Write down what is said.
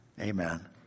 Amen